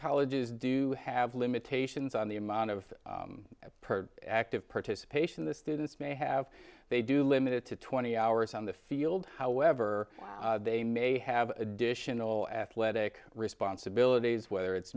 colleges do have limitations on the amount of per active participation the students may have they do limited to twenty hours on the field however they may have additional athletic responsibilities whether it's